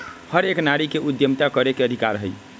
हर एक नारी के उद्यमिता करे के अधिकार हई